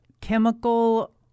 chemical